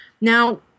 Now